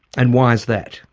and why is that?